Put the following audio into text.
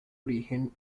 origen